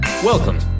Welcome